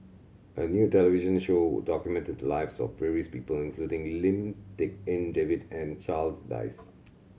a new television show documented the lives of various people including Lim Tik En David and Charles Dyce